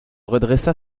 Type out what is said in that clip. redressa